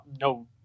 no